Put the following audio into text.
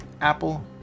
Apple